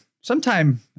sometime